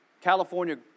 California